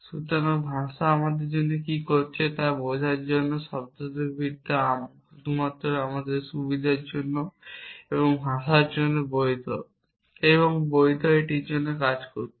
সুতরাং ভাষা আমাদের জন্য কী করছে তা বোঝার জন্য শব্দার্থবিদ্যা শুধুমাত্র আমাদের সুবিধার জন্য এবং ভাষার জন্য বৈধ এবং বৈধতা এটির জন্য করছে